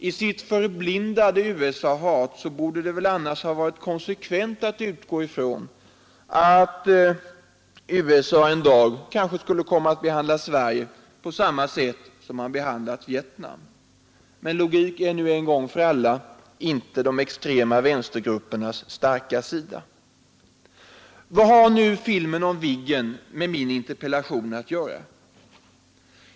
I sitt förblindade USA-hot borde det väl annars ha varit konsekvent att de utgått ifrån att USA kanske en dag skulle komma att behandla Sverige på samma sätt som man behandlat Vietnam. Men logik är nu inte de extrema vänstergruppernas starka sida. Vad har nu Viggenfilmen med min interpellation att göra?